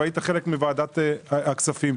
והיית חלק מוועדת הכספים.